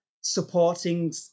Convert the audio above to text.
supporting